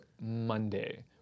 Monday